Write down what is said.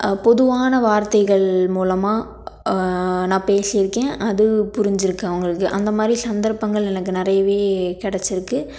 பொதுவான வார்த்தைகள் மூலமாக நான் பேசிருக்கேன் அது புரிஞ்சிருக்குது அவங்களுக்கு அந்த மாதிரி சந்தர்ப்பங்கள் எனக்கு நிறையவே கிடச்சிருக்கு